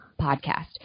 podcast